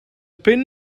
pin